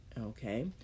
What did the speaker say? okay